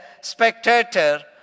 spectator